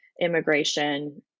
immigration